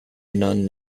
nun